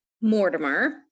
mortimer